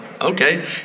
Okay